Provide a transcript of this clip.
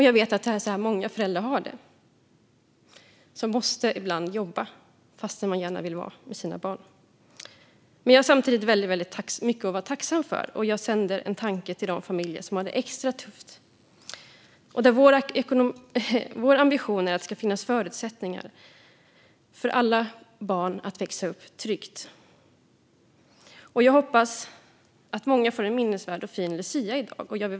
Jag vet att det är så här många föräldrar har det. Man måste ibland jobba när man gärna hade varit med sina barn. Jag har samtidigt väldigt mycket att vara tacksam för. Jag sänder en tanke till de familjer som har det extra tufft. Vår ambition är att det ska finnas förutsättningar för alla barn att växa upp tryggt. Jag hoppas att många får en minnesvärd och fin luciadag.